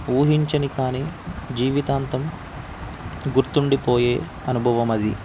ఊహించని కానీ జీవితాంతం గుర్తుండిపోయే అనుభవం అది